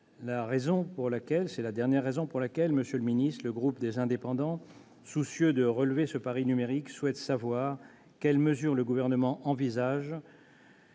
en réaction au quotidien. C'est la dernière raison pour laquelle, monsieur le secrétaire d'État, le groupe Les Indépendants, soucieux de relever ce pari numérique, souhaite savoir quelles mesures le Gouvernement envisage